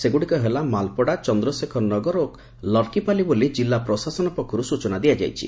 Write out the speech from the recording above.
ସେଗୁଡ଼ିକ ହେଲା ମାଲପଡା ଚନ୍ଦ୍ରଶେଖରନଗର ଓ ଲର୍କୀପାଲି ବୋଲି ଜିଲ୍ଲା ପ୍ରଶାସନ ପକ୍ଷର୍ ସ୍ଚନା ଦିଆଯାଇଛି